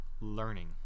learning